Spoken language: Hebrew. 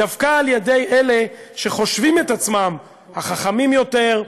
דווקא על-ידי אלה שחושבים את עצמם החכמים יותר,